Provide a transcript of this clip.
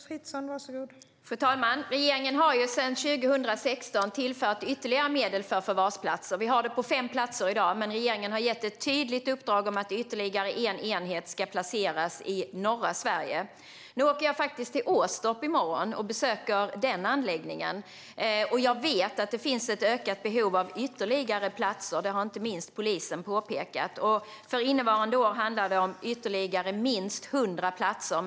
Fru talman! Regeringen har sedan 2016 tillfört ytterligare medel för förvarsplatser. Vi har förvar på fem platser i dag. Men regeringen har gett ett tydligt uppdrag att placera ytterligare en enhet i norra Sverige. I morgon åker jag till Åstorp och besöker anläggningen där. Jag vet att det finns ett ökat behov av ytterligare platser, vilket inte minst polisen påpekat. För innevarande år handlar det om ytterligare minst 100 platser.